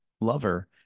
lover